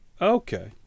okay